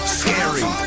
scary